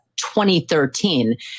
2013